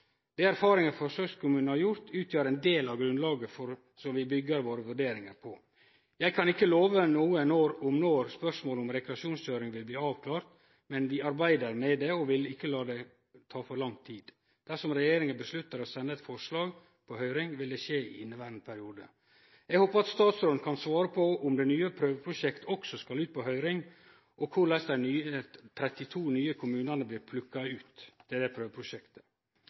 har gjort utgjør en del av grunnlaget som vi bygger våre vurderinger på. Jeg kan ikke love noe nå om når spørsmålet om rekreasjonskjøring vil være avklart, men vi arbeider med det og vil ikke la det gå for lang tid. Dersom regjeringen beslutter å sende et forslag på høring, vil det skje i inneværende stortingsperiode.» Eg håpar at statsråden kan svare på om det nye prøveprosjektet også skal ut på høyring, og korleis dei 32 nye kommunane blir plukka ut til dette prosjektet. Høgre er glad for at det